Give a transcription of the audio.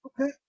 Okay